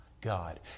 God